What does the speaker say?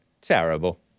Terrible